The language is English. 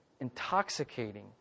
intoxicating